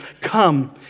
come